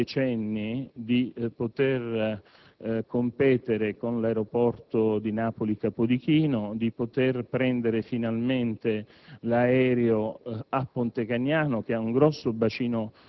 che hanno illuso, per decenni, il territorio di poter competere con l'aeroporto di Napoli-Capodichino e di poter prendere finalmente l'aereo